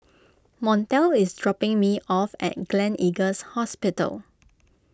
Montel is dropping me off at Gleneagles Hospital